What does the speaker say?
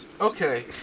Okay